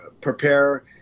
prepare